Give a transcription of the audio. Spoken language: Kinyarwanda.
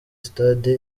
sitade